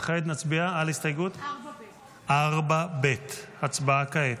וכעת נצביע על הסתייגות 4ב. הצבעה כעת,